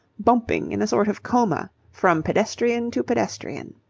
bumping in a sort of coma from pedestrian to pedestrian.